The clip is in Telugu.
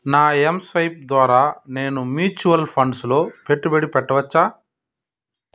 నా ఎమ్ స్వైప్ ద్వారా నేను మ్యూచువల్ ఫండ్స్లో పెట్టుబడి పెట్టవచ్చా